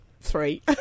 three